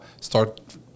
start